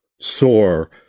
sore